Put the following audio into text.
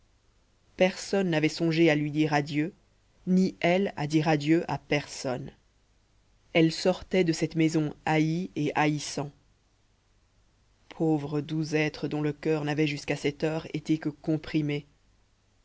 personne n'avait songé à lui dire adieu ni elle à dire adieu à personne elle sortait de cette maison haïe et haïssant pauvre doux être dont le coeur n'avait jusqu'à cette heure été que comprimé